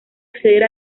acceder